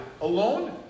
alone